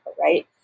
right